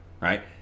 Right